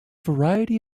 variety